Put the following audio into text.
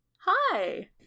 Hi